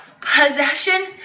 possession